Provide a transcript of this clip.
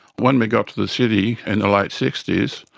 when we got to the city, in the late sixty s,